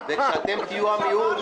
וכשאתם תהיו המיעוט,